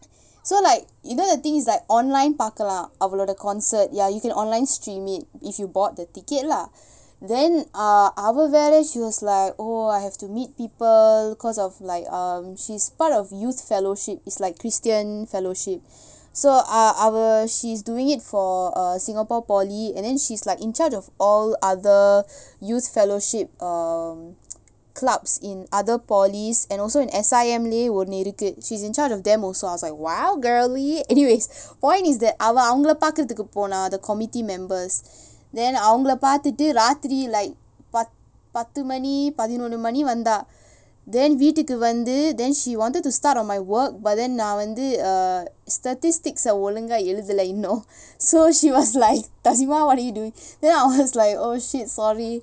so like you know the thing is like online பாக்கலாம் அவளோட:paakkalaam avaloda concert ya you can online stream it if you bought the ticket lah then uh அவ வேற:ava vera she was like oh I have to meet people because of like um she's part of youth fellowship it's like christian fellowship so ah our she's doing it for err singapore polytechnic and then she's like in charge of all other youth fellowship um clubs in other polytechnics and also in S_I_M னு ஒன்னிருக்கு:nu onniruku she's in charge of them also I was like !wow! girly anyways point is that அவ அவங்கள பாக்குறதுக்கு போனா:ava avangala paakurathukku ponaa the committee members then அவங்கள பாத்துட்டு ராத்திரி:avangala pathuttu raaththiri like பத்து மணி பதினொருமணி வந்தா:paththu mani pathinoru mani vantha then வீட்டுக்கு வந்து:veettukku vanthu then she wanted to start on my work but then நா வந்து:naa vanthu err statistics eh ஒழுங்கா எழுதல்ல இன்னோம்:olungaa eluthalla innoam you know so she was like tazima what are you doing then I was like oh shit sorry